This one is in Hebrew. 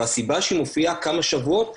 והסיבה שהיא מופיעה כמה שבועות אחרי כן,